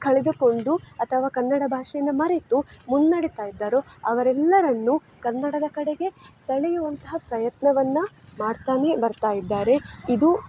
ಕಳೆದುಕೊಂಡು ಅಥವಾ ಕನ್ನಡ ಭಾಷೆಯನ್ನು ಮರೆತು ಮುನ್ನಡಿತಾ ಇದ್ದಾರೋ ಅವರೆಲ್ಲರನ್ನು ಕನ್ನಡದ ಕಡೆಗೆ ಸೆಳೆಯುವಂತಹ ಪ್ರಯತ್ನವನ್ನು ಮಾಡ್ತಾನೆ ಬರ್ತಾಯಿದ್ದಾರೆ ಇದು